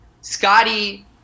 Scotty